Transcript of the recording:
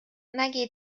nägi